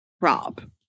Rob